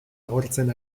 agortzen